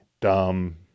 dumb